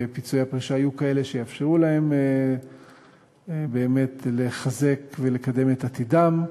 ופיצויי הפרישה יהיו כאלה שיאפשרו להם באמת לחזק ולקדם את עתידם.